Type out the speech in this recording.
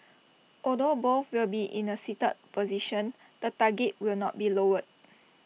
although both will be in A seated position the target will not be lowered